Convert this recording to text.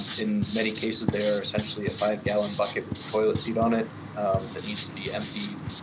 in many cases, they are essentially a five-gallon bucket with a toilet seat on it that needs to be emptied